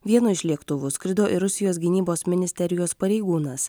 vienu iš lėktuvu skrido ir rusijos gynybos ministerijos pareigūnas